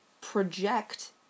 project